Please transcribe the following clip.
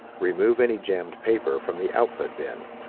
remove any jammed paper from the output bin.